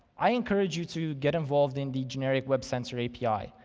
i encourage you to get involved in the generic web sensor api.